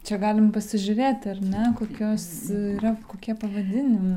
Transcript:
čia galim pasižiūrėt ar ne kokios yra kokie pavadinimai